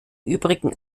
übrigen